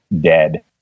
dead